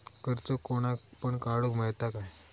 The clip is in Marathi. कर्ज कोणाक पण काडूक मेलता काय?